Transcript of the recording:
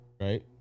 Right